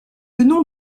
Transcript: nom